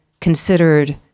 considered